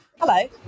hello